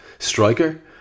Striker